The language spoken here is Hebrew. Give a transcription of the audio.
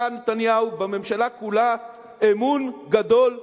נתניהו ובממשלה כולה אמון גדול מאוד.